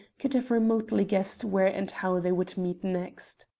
could have remotely guessed where and how they would meet next.